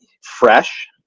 fresh